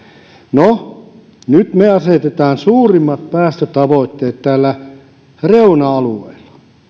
no nyt me asetamme suurimmat päästötavoitteet täällä reuna alueilla